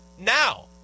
Now